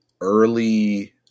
early